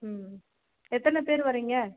ம் எத்தனை பேர் வர்றீங்க